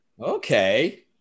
Okay